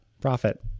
Profit